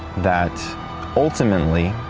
that ultimately,